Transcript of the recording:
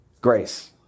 Grace